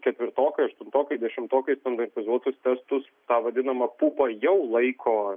ketvirtokai aštuntokai dešimtokai standartizuotus testus tą vadinamą pupą jau laiko